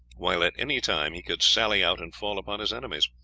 while at any time he could sally out and fall upon his enemies.